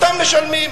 אותם משלמים.